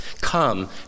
Come